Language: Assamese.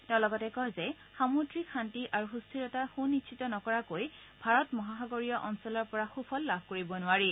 তেওঁ লগতে কয় যে সামুদ্ৰিক শান্তি আৰু সুস্থিৰতা সুনিশ্চিত নকৰাকৈ ভাৰত মহাসাগৰীয় অঞ্চলৰ পৰা সুফল লাভ কৰিব নোৱাৰি